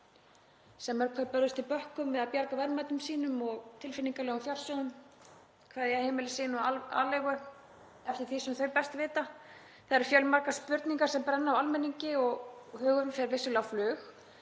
sem mörg hver börðust í bökkum við að bjarga verðmætum sínum og tilfinningalegum fjársjóðum, kveðja heimili sín og aleigu eftir því sem þau best vita. Það eru fjölmargar spurningar sem brenna á almenningi og hugurinn fer vissulega á flug.